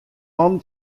man